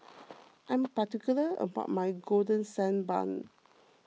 I'm particular about my Golden Sand Bun